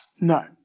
no